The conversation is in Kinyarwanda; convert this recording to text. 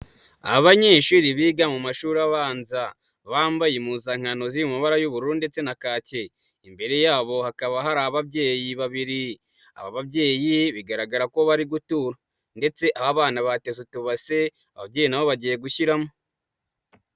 Abanyeshuri biga mu mashuri abanza, bambaye impuzankano ziri mu mabara y'ubururu ndetse na kacyi, imbere yabo hakaba hari ababyeyi babiri, aba babyeyi bigaragara ko bari gutura ndetse aho abana bateze utubase, ababyeyi nabo bagiye gushyiramo.